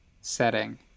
setting